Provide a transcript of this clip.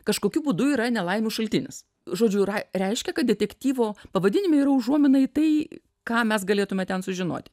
kažkokiu būdu yra nelaimių šaltinis žodžiu yra reiškia kad detektyvo pavadinime yra užuomina į tai ką mes galėtume ten sužinoti